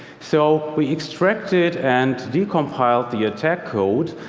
so we extracted and decompiled the attack code,